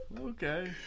Okay